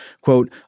Quote